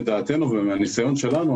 מהניסיון שלנו,